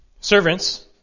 Servants